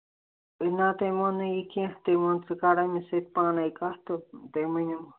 تٔمۍ نا تٔمۍ ووٚنُے نہٕ کیٚنٛہہ تٔمۍ ووٚن ژٕ کر وۅنۍ پانَے کَتھ تہٕ تٔمۍ ؤنۍ